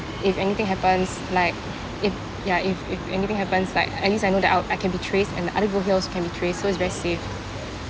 if anything happens like if ya if if anything happens like at least I know that I'll I can be traced and the other people here also can be traced so it's very safe